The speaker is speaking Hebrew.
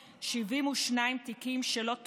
19,872 תיקים שלא טופלו,